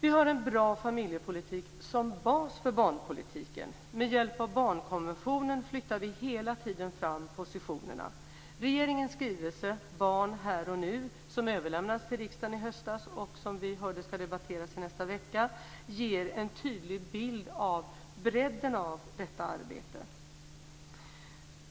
Vi har en bra familjepolitik som bas för barnpolitiken. Med hjälp av barnkonventionen flyttar vi hela tiden fram positionerna. Regeringens skrivelse Barn - här och nu som överlämnades till riksdagen i höstas och som vi hörde ska debatteras i nästa vecka ger en tydlig bild av bredden av detta arbete.